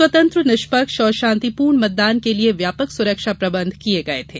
स्वतंत्र निष्पक्ष और शांतिपूर्ण मतदान के लिये व्यापक सुरक्षा प्रबंध किये गये थे